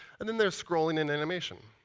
and then there's scrolling and animation.